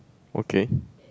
okay